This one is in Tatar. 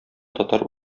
татар